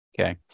Okay